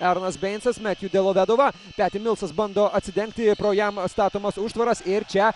eronas beincas metju delavedova peti milsas bando atsidengti pro jam statomas užtvaras ir čia